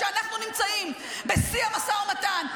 כשאנחנו נמצאים בשיא המשא ומתן.